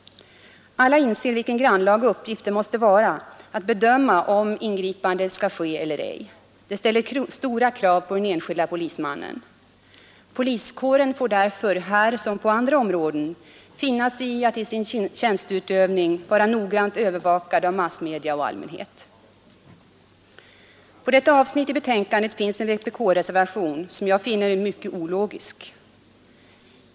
Alla inser vilken grannlaga uppgift det måste vara att bedöma om ingripande av denna sort skall göras eller ej. Det ställer stora krav på den enskilde polismannen. Poliskåren får därför här som på andra områden finna sig i att i sin tjänsteutövning vara noggrant övervakad av massmedia och allmänhet. Till detta avsnitt i betänkandet föreligger en vpk-reservation, som jag finner mycket ologisk.